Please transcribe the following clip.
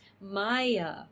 Maya